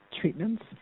treatments